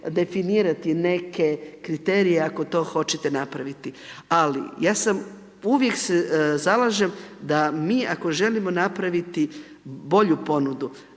definirati neke kriterije ako to hoćete napraviti. Ali ja se uvijek zalažem da mi ako želimo napraviti bolju ponudu